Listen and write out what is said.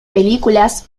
películas